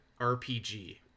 RPG